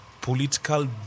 political